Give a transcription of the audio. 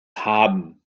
haben